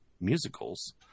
musicals